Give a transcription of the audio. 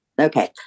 okay